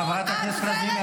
חברת הכנסת לזימי,